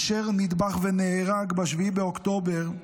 אשר נטבח ונהרג ב-7 באוקטובר,